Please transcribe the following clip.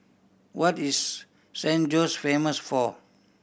what is San Jose famous for